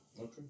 Okay